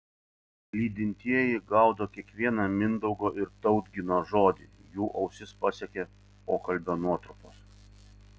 lydintieji gaudo kiekvieną mindaugo ir tautgino žodį jų ausis pasiekia pokalbio nuotrupos